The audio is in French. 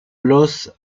los